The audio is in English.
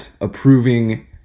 approving